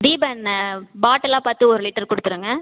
தீபம் எண்ணெய் பாட்டிலாக பார்த்து ஒரு லிட்டர் கொடுத்துருங்க